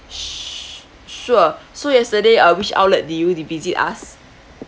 s~ sure so yesterday uh which outlet did you did visit us